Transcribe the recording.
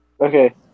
Okay